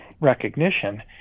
recognition